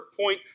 point